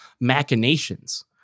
machinations